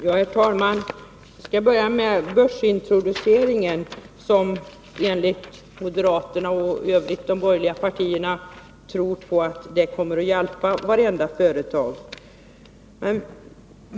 Herr talman! Jag skall börja med börsintroduceringen, som enligt vad moderaterna och övriga borgerliga partier tror kommer att hjälpa varje företag.